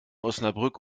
osnabrück